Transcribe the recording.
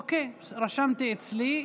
אני מבקש, אוקיי, רשמתי אצלי.